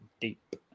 deep